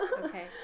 Okay